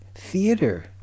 Theater